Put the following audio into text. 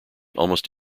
almost